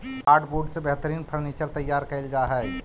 hardwood से बेहतरीन furniture तैयार कैल जा हइ